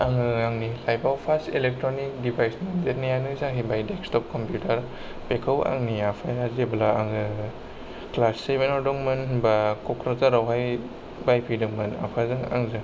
आङो आंनि लाइफाव फार्स्ट इलेक्ट्रनिक दिभाइस मोनजेननायानो जाहैबाय देक्सटप कमप्युटार बेखौ आंनि आफाया जेब्ला आङो क्लास सेवेनाव दंमोन होमब्ला ककराझारावहाय बायफैदोंमोन आफाजों आंजों